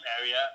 area